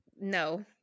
No